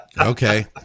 Okay